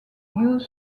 youth